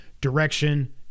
Direction